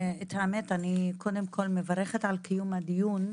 קודם כל, האמת שאני מברכת על קיום הדיון.